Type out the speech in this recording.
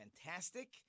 fantastic